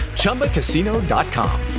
Chumbacasino.com